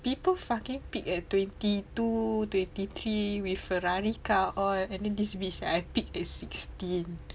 people fucking peaked at twenty two twenty three with Ferrari car all and then this bitch I peaked at sixteen